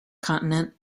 continent